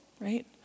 right